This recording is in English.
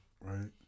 Right